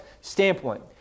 standpoint